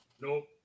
Nope